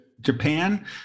Japan